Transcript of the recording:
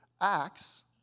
Acts